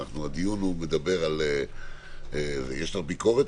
הדיון מדבר יש לך ביקורת,